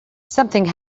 something